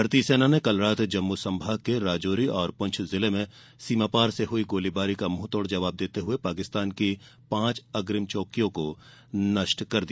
भारतीय सेना ने कल रात जम्मू संभाग के राजौरी और पुंछ जिले में सीमापार से हुई गोलीबारी का मुंहतोड़ जवाब देते हुए पाकिस्तान की पांच अग्रिम चौकियों को नष्ट कर दिया